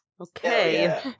Okay